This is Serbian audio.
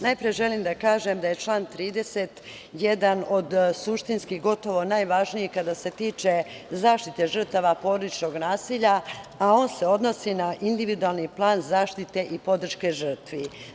Najpre, želim da kažem da je član 30. jedan od suštinskih gotovo najvažnijih kada se tiče zaštite žrtava porodičnog nasilja, a on se odnosi na individualni plan zaštite i podrške žrtvi.